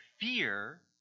fear